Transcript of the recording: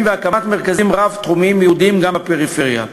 והקמת מרכזים רב-תחומיים ייעודיים גם בפריפריה,